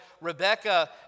rebecca